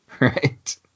right